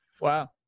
Wow